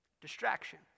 Distraction